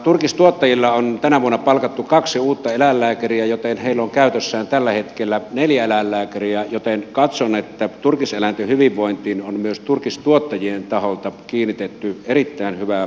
turkistuottajille on tänä vuonna palkattu kaksi uutta eläinlääkäriä joten heillä on käytössään tällä hetkellä neljä eläinlääkäriä joten katson että turkiseläinten hyvinvointiin on myös turkistuottajien taholta kiinnitetty erittäin hyvää huomiota